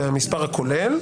זה מספר כולל.